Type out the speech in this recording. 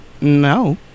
No